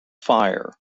fire